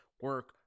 Work